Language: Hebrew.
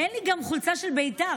אין לי גם חולצה של בית"ר,